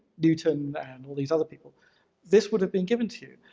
newton and all these other people this would've been given to